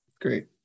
Great